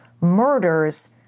murders